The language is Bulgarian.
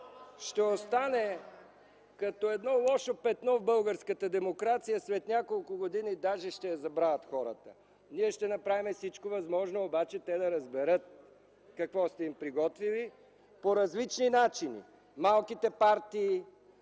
ще остане като едно лошо петно в българската демокрация. След няколко години даже хората ще я забравят. Ние ще направим всичко възможно обаче те да разберат какво сте им приготвили по различни начини. Малките партии,